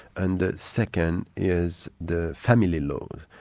and the second is the family law.